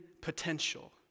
potential